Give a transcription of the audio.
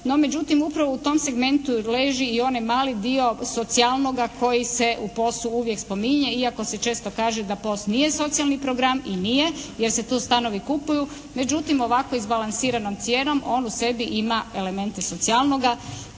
međutim, upravo u tom segmentu leži i onaj mali dio socijalnoga koji se u POS-u uvijek spominje iako se često kaže da POS nije socijalni program i nije jer se tu stanovi kupuju. Međutim, ovako izbalansiranom cijenom on u sebi ima elemente socijalnoga